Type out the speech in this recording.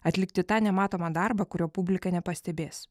atlikti tą nematomą darbą kurio publika nepastebės